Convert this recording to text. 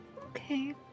Okay